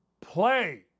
play